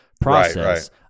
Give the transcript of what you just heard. process